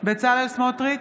בצלאל סמוטריץ'